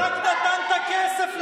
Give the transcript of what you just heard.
הוא רק נתן את הכסף לטילים,